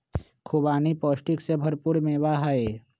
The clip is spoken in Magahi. खुबानी पौष्टिक से भरपूर मेवा हई